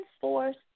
force